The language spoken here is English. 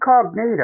incognito